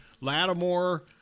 Lattimore